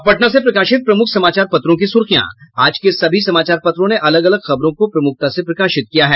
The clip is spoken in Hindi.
अब पटना से प्रकाशित प्रमुख समाचार पत्रों की सुर्खियां आज के सभी समाचार पत्रों ने अलग अलग खबरों को प्रमुखता से प्रकाशित किया है